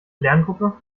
lerngruppe